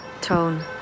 tone